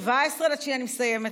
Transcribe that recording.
אני מסיימת.